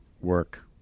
work